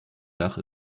dach